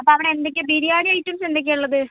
അപ്പം അവിടെ എന്തൊക്കെയാ ബിരിയാണി ഐറ്റംസ് എന്തൊക്കെയാണ് ഉള്ളത്